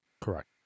Correct